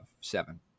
seven